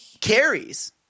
carries